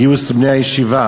גיוס בני הישיבה,